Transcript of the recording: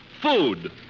food